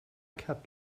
cat